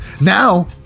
Now